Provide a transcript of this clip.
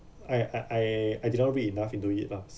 I uh I I didn't read enough into it lah